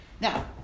Now